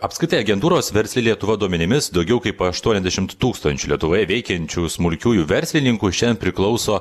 apskritai agentūros versli lietuva duomenimis daugiau kaip aštuoniasdešimt tūkstančių lietuvoje veikiančių smulkiųjų verslininkų šiandien priklauso